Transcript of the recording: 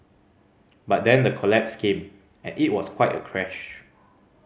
but then the collapse came and it was quite a crash